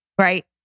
Right